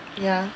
ya